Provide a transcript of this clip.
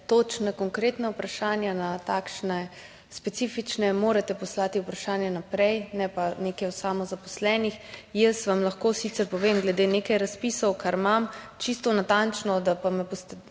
točno konkretna odgovore na takšne specifike, morate poslati vprašanja vnaprej, ne pa nekaj o samozaposlenih. Jaz vam lahko sicer povem glede nekaj razpisov, kar imam, čisto natančno, da me ne boste